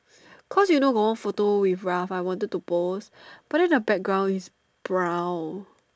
cause you know got one photo with Ralph I wanted to post but then the background is brown